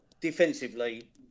defensively